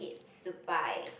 to buy